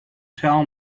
tell